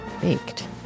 baked